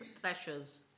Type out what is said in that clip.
pleasures